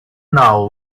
know